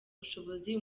ubushobozi